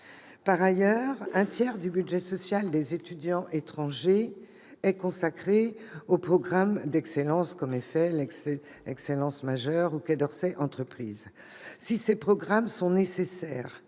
Par ailleurs, un tiers du budget social des étudiants étrangers est consacré aux programmes d'excellence comme Eiffel, Excellence-Major ou Quai d'Orsay-Entreprises. Si ces programmes sont nécessaires,